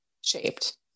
shaped